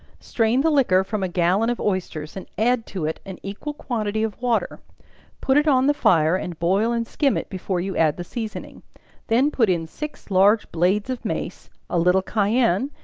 strain the liquor from a gallon of oysters, and add to it an equal quantity of water put it on the fire, and boil and skim it before you add the seasoning then put in six large blades of mace, a little cayenne,